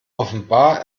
offenbar